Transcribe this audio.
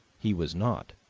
he was not,